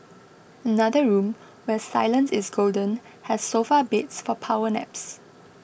another room where silence is golden has sofa beds for power naps